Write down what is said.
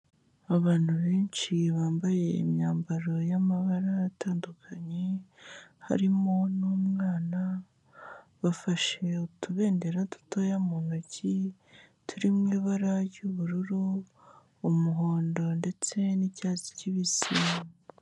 Abantu benshi bambaye imyambaro y'amabara atandukanye, harimo n'umwana, bafashe utubendera dutoya mu ntoki turi mu ibara ry'ubururu, umuhondo ndetse n'icyatsi kibisi.